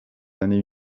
années